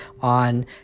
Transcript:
on